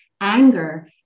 Anger